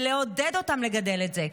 לעודד אותם לגדל את זה.